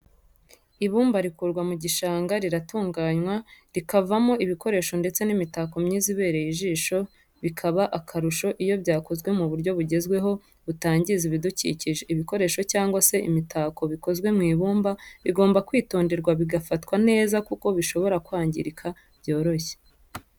Ibumba rikurwa mu gishanga riratunganywa rikavamo ibikoresho ndetse n'imitako myiza ibereye ijisho bikaba akarusho iyo byakozwe mu buryo bugezweho butangiza ibidukikije. ibikoresho cyangwa se imitako bikozwe mu ibumba bigomba kwitonderwa bigafatwa neza kuko bishobora kwangirika byoroshye.